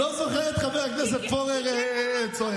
לא זוכר את חבר הכנסת פורר צועק,